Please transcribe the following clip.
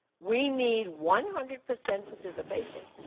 we need one hundred percent participation.